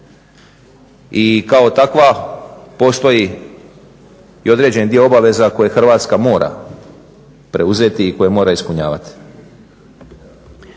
i kao takva postoji i određeni dio obaveza koje Hrvatska mora preuzeti i koje mora ispunjavati.